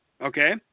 Okay